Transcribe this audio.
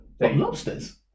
lobsters